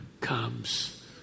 comes